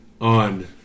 on